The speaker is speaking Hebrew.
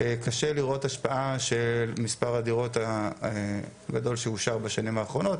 קשה לראות השפעה של מספר הדירות הגדול שאושר בשנים האחרונות,